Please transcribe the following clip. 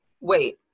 wait